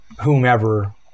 whomever